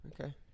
Okay